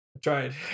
tried